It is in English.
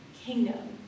kingdom